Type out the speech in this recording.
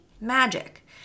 magic